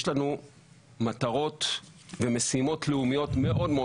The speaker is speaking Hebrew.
יש לנו מטרות ומשימות לאומיות מאוד מאוד